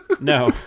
no